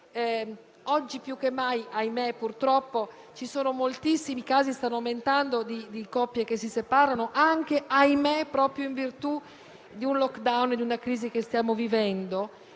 oggi più che mai - ahimè purtroppo - ci sono moltissimi casi (stanno aumentando) di coppie che si separano, anche proprio in virtù del *lockdown* e della crisi che stiamo vivendo,